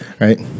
right